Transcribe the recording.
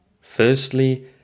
Firstly